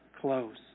close